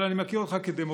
אבל אני מכיר אותך כדמוקרט.